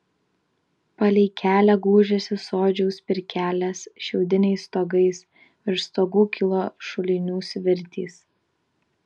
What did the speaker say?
palei kelią gūžėsi sodžiaus pirkelės šiaudiniais stogais virš stogų kilo šulinių svirtys